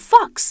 Fox